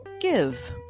give